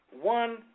One